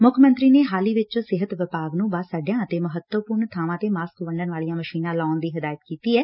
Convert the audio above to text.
ਮੁੱਖ ਮੰਤਰੀ ਨੇ ਹਾਲ ਹੀ ਚ ਸਿਹਤ ਵਿਭਾਗ ਨੇ ਬੱਸ ਅੱਡਿਆਂ ਅਤੇ ਮਹੱਤਵਪੁਰਨ ਬਾਵਾਂ ਤੇ ਮਾਸਕ ਵੰਡਣ ਵਾਲੀਆਂ ਮਸੀਨਾਂ ਲਾਉਣ ਦੀ ਹਦਾਇਤ ਕੀਤੀ ਐ